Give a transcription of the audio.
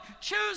Choose